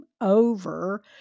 over